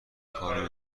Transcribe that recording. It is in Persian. کارو